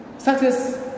Success